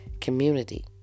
community